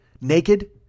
naked